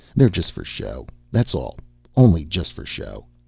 they're just for show, that's all only just for show.